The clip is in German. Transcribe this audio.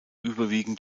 überwiegend